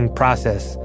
process